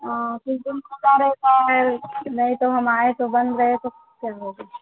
हाँ किस दिन खुला रहेता है नहीं तो हम आएं तो बंद रहे तो फिर हो गया